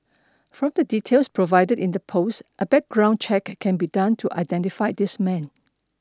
from the details provided in the post a background check can be done to identify this man